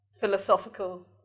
philosophical